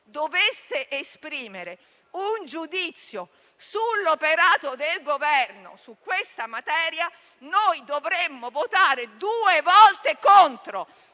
dovesse esprimere un giudizio sull'operato del Governo su questa materia, noi dovremmo votare due volte contro,